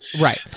right